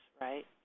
right